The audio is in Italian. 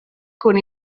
con